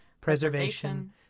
preservation